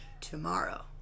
tomorrow